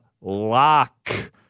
lock